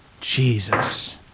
Jesus